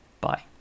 bye